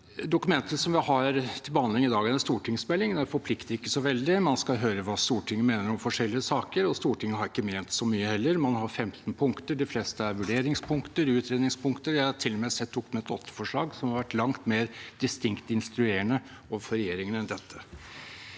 Dokumentet som vi har til behandling i dag, er en stortingsmelding. Den forplikter ikke så veldig. Man skal høre hva Stortinget mener om forskjellige saker, og Stortinget har ikke ment så mye heller. Man har 15 punkter, og de fleste er vurderingspunkter og utredningspunkter. Jeg har til og med sett Dokument 8-forslag som har vært langt mer distinkt instruerende overfor regjeringen enn dette.